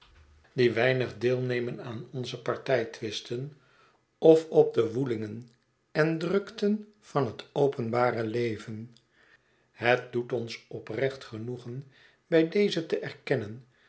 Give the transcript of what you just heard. die weinig deelnemen aan onze partijtwisten of op de woelingen en drukten van het openbare leven het doet ons oprecht genoegen bij deze te erkennen